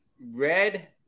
red